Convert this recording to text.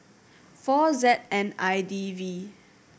four Z N I D V